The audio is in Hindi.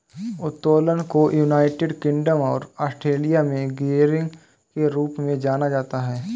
उत्तोलन को यूनाइटेड किंगडम और ऑस्ट्रेलिया में गियरिंग के रूप में जाना जाता है